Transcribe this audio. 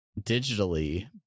digitally